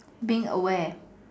being aware